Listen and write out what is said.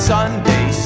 Sunday